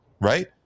right